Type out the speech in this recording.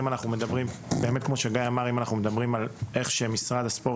אם אנחנו מדברים על איך שמשרד הספורט